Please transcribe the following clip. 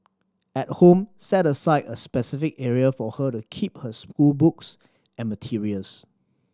at home set aside a specific area for her to keep her schoolbooks and materials